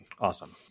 awesome